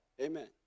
Amen